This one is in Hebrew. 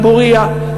דבורייה,